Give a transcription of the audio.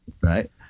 Right